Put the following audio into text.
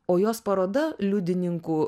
o jos paroda liudininkų